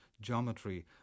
geometry